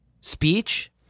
speech